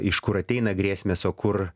iš kur ateina grėsmės o kur